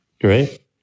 Great